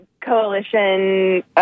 Coalition